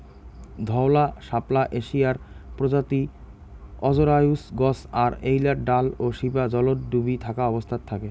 ধওলা শাপলা এশিয়ার প্রজাতি অজরায়ুজ গছ আর এ্যাইলার ডাল ও শিপা জলত ডুবি থাকা অবস্থাত থাকে